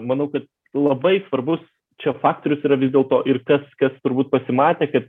manau kad labai svarbus čia faktorius yra vis dėlto ir kas kas turbūt pasimatė kad